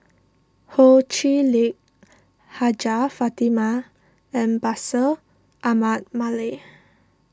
Ho Chee Lick Hajjah Fatimah and Bashir Ahmad Mallal